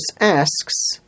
asks